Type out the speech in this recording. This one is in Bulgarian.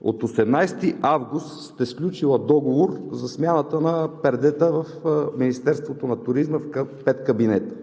От 18 август сте сключила договор за смяната на пердета в Министерството на туризма в пет кабинета.